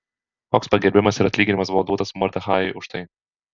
koks pagerbimas ir atlyginimas buvo duotas mordechajui už tai